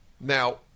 Now